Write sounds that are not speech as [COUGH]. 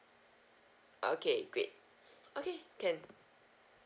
okay great [BREATH] okay can